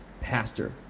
pastor